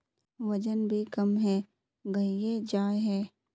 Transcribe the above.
वजन भी कम है गहिये जाय है?